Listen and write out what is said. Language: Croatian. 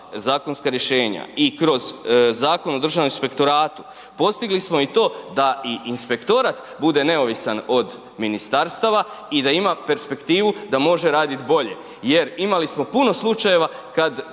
zakonska rješenja i kroz Zakon o Državnom inspektoratu, postigli smo i to da i inspektorat bude neovisan od ministarstava i da ima perspektivu da može raditi bolje jer imali smo puno slučajeva kad